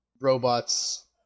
robots